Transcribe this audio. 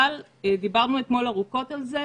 אבל דיברנו אתמול ארוכות על זה,